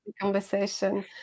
conversation